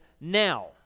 now